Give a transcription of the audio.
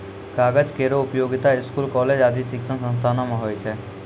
कागज केरो उपयोगिता स्कूल, कॉलेज आदि शिक्षण संस्थानों म होय छै